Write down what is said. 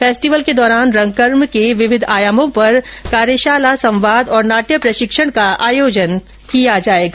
festival के दौरान रंगकर्म के विविध आयामों पर कार्यशाला संवाद और नाट्य प्रशिक्षण का आयोजन भी होगा